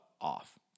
off